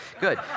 good